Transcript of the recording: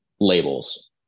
labels